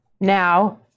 now